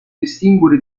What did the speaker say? distinguere